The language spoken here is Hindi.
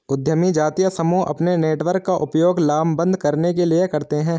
उद्यमी जातीय समूह अपने नेटवर्क का उपयोग लामबंद करने के लिए करते हैं